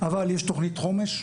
אבל יש תוכנית חומש.